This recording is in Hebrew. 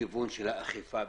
לכיוון של אכיפה בעיקר.